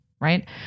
right